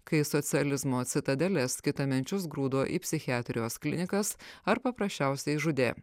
kai socializmo citadelės kitaminčius grūdo į psichiatrijos klinikas ar paprasčiausiai žudė